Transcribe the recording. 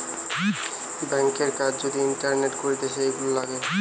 ব্যাংকের কাজ যদি ইন্টারনেটে করতিছে, এগুলা লাগে